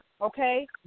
okay